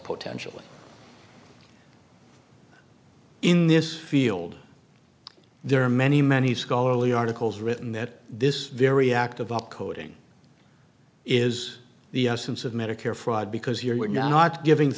potentially in this field there are many many scholarly articles written that this very active volcano doing is the essence of medicare fraud because you're not giving